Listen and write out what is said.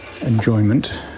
enjoyment